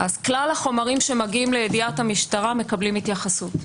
אז כלל החומרים שמגיעים לידיעת המשטרה מקבלים התייחסות.